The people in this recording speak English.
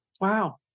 Wow